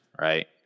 right